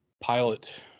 pilot